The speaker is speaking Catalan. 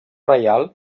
reial